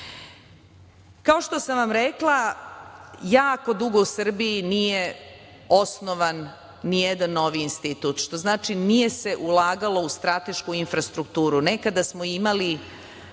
što sam vam rekla, jako dugo u Srbiji nije osnovan nijedan novi institut, što znači nije se ulagalo u stratešku infrastrukturu. Nekada smo imali